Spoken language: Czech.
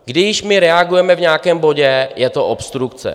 Když my reagujeme v nějakém bodě, je to obstrukce.